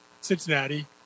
Cincinnati